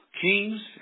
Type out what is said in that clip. kings